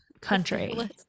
country